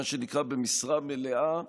מה שנקרא במשרה מלאה,